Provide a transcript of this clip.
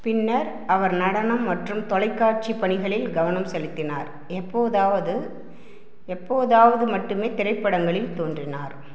பின்னர் அவர் நடனம் மற்றும் தொலைக்காட்சி பணிகளில் கவனம் செலுத்தினார் எப்போதாவது எப்போதாவது மட்டுமே திரைப்படங்களில் தோன்றினார்